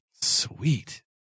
Sweet